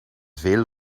veel